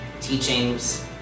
teachings